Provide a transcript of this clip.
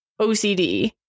OCD